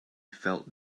felt